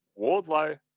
Wardlow